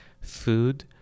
food